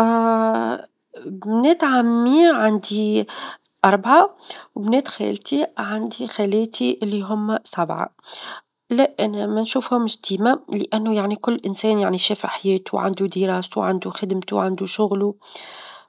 ا بنات عمي عندي أربعة، وبنات خالتي عندي خالاتى اللي هم سبعة، لأ أنا ما نشوفهم ديما؛ لأنو يعني كل إنسان يعني شاف حياته، وعنده دراسته وعندع خدمته، وعنده شغله،